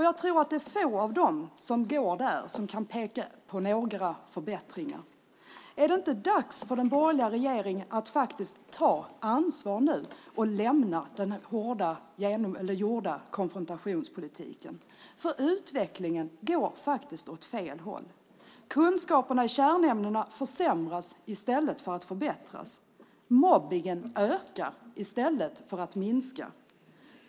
Jag tror att det är få av dem som går där som kan peka på några förbättringar. Är det inte dags för den borgerliga regeringen att faktiskt ta ansvar och lämna konfrontationspolitiken? Utvecklingen går nämligen åt fel håll. Kunskaperna i kärnämnena försämras i stället för att förbättras. Mobbningen ökar i stället för att minska.